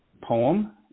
poem